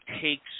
takes